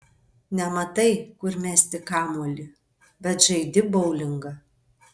nematai kur mesti kamuolį bet žaidi boulingą